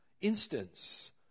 instance